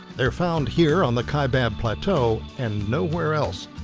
they're found here on the kaibab plateau and nowhere else.